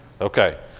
okay